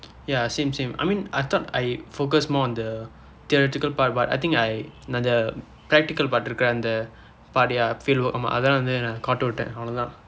ya same same I mean I thought I focus more on the theoretical part but I think I நான் அந்த:naan andtha practical part இருக்கிர அந்த:irukira andtha part ya fieldwork ஆமாதான் வந்து நான் கோட்டை விட்டேன் அவ்வளவுதான்:aamaaathaan vandthu naan kootdai vitdeen avvalvuthaan